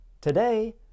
Today